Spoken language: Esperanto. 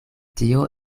tio